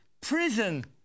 Prison